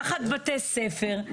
תחת בתי ספר,